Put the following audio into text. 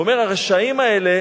הוא אומר: הרשעים האלה